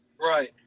Right